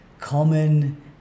common